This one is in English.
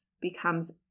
becomes